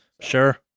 Sure